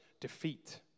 defeat